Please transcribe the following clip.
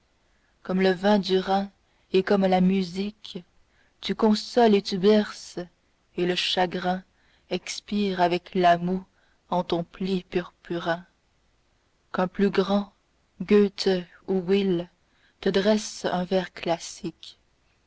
comme le vin du rhin et comme la musique tu consoles et tu berces et le chagrin expire avec la moue en ton pli purpurin qu'un plus grand goethe ou will te dresse un vers classique